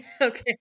Okay